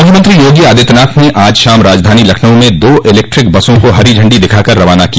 मुख्यमंत्री योगी आदित्यनाथ ने आज शाम राजधानी लखनऊ में दो इलेक्ट्रिक बसों को हरी झडी दिखाकर रवाना किया